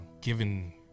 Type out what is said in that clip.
given